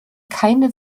keine